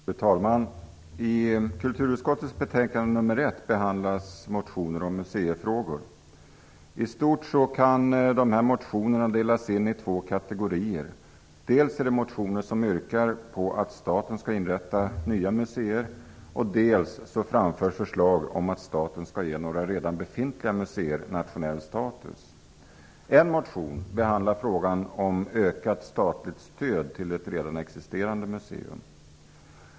Fru talman! I kulturutskottets betänkande nr 1 I stort kan motionerna delas in i två kategorier: En motion behandlar frågan om ökat statligt stöd till ett redan existerande museum.